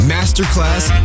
Masterclass